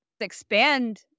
expand